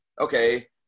okay